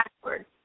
password